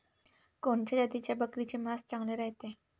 कोनच्या जातीच्या बकरीचे मांस चांगले रायते?